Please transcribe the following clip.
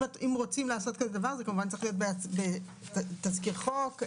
אם רוצים לעשות כזה דבר אז זה כמובן צריך להיות בתזכיר חוק,